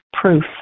proof